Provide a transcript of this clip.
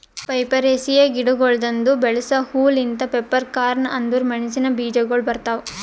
ಪೈಪರೇಸಿಯೆ ಗಿಡಗೊಳ್ದಾಂದು ಬೆಳಸ ಹೂ ಲಿಂತ್ ಪೆಪ್ಪರ್ಕಾರ್ನ್ ಅಂದುರ್ ಮೆಣಸಿನ ಬೀಜಗೊಳ್ ಬರ್ತಾವ್